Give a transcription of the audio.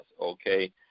Okay